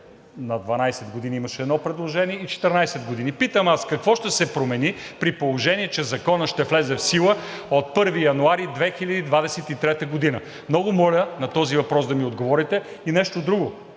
на 12 години, имаше едно предложение и 14 години. Питам аз какво ще се промени, при положение че Законът ще влезе в сила от 1 януари 2023 г.? Много моля на този въпрос да ми отговорите. И нещо друго,